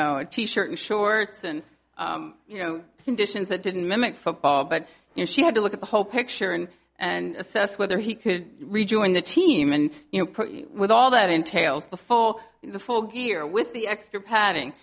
know a t shirt and shorts and you know conditions that didn't mimic football but you know she had to look at the whole picture and and assess whether he could rejoin the team and you know with all that entails before the full gear with the extra padding